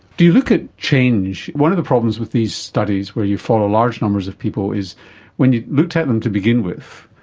do you look at change? one of the problems with these studies where you follow large numbers of people is when you looked at them to begin with,